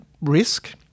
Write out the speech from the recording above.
risk